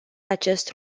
acest